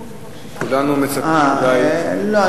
אני לא יודע,